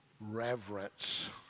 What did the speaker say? Reverence